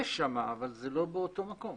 יש שם אבל זה לא באותו מקום.